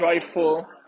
Joyful